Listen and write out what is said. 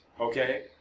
okay